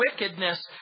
wickedness